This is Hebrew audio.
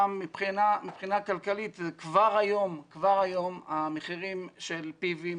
מבחינה כלכלית כבר היום המחירים של פי.וי.